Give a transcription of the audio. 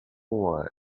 why